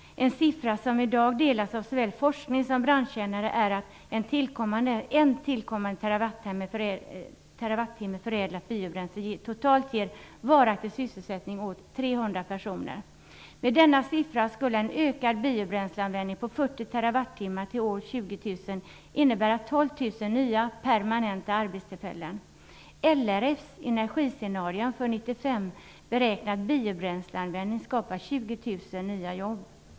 En siffra som såväl forskning som branschkännare är överens om är att en tillkommande terrawattimme förädlat biobränsle totalt ger varaktig sysselsättning åt 300 personer. Med denna siffra skulle en ökad biobränsleanvändning på 40 terrawattimmar till år 2000 innebära 12 000 nya permanenta arbetstillfällen. LRF:s energiscenarium för 1995 beräknar att biobränsleanvändning skapar 20 000 nya jobb.